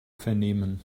vernehmen